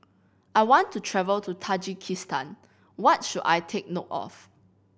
I want to travel to Tajikistan what should I take note of